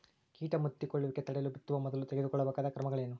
ಕೇಟ ಮುತ್ತಿಕೊಳ್ಳುವಿಕೆ ತಡೆಯಲು ಬಿತ್ತುವ ಮೊದಲು ತೆಗೆದುಕೊಳ್ಳಬೇಕಾದ ಕ್ರಮಗಳೇನು?